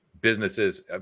businesses